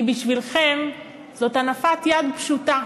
כי בשבילכם זאת הנפת יד פשוטה,